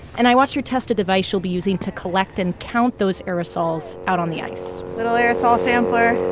and i watched her test a device she'll be using to collect and count those aerosols out on the ice little aerosol sampler,